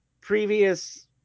previous